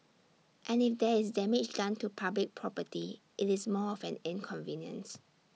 and if there is damage done to public property IT is more of an inconvenience